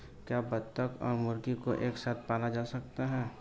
क्या बत्तख और मुर्गी को एक साथ पाला जा सकता है?